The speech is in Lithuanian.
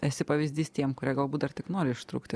esi pavyzdys tiem kurie galbūt dar tik nori ištrūkti